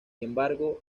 embargo